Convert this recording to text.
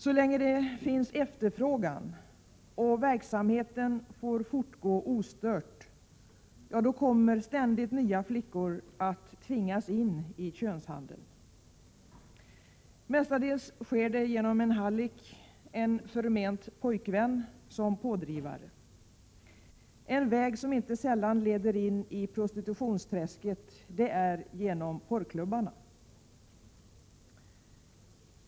Så länge det finns efterfrågan och verksamheten får fortgå ostört kommer ständigt nya flickor att tvingas in i könshandeln. Mestadels sker det med en hallick, en förment pojkvän, som pådrivare. En väg som inte sällan leder in i prostitutionsträsket går genom porrklubbarna.